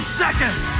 seconds